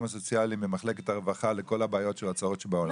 הסוציאליים ממחלקת הרווחה לכל הבעיות שבעולם,